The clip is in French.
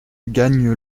gagne